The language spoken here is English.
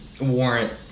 warrant